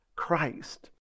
Christ